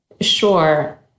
Sure